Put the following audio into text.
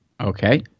okay